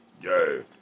Yay